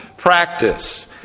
Practice